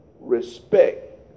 respect